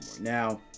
Now